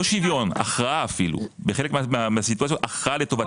אפילו להכרעה לטובתנו.